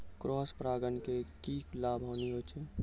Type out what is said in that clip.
Cross परागण के की लाभ, हानि होय छै?